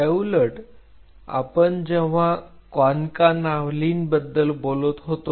त्या उलट जेव्हा आपण कॉन्कानाव्हलिन बद्दल बोलत होतो